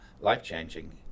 life-changing